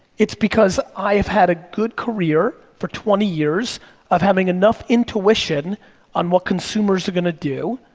it's because i've had a good career for twenty years of having enough intuition on what consumers are gonna do,